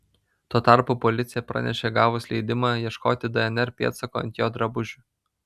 tuo tarpu policija pranešė gavus leidimą ieškoti dnr pėdsakų ant jo drabužių